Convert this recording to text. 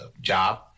job